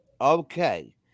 okay